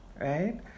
right